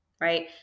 right